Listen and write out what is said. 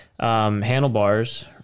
handlebars